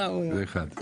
זה אחד.